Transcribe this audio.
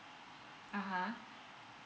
mmhmm